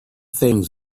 things